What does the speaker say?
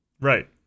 Right